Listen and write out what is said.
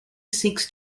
seeks